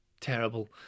terrible